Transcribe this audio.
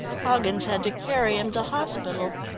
hoggins had to carry him to hospital.